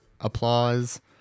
applause